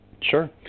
Sure